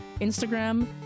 Instagram